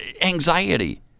anxiety